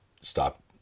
stop